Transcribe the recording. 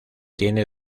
tiene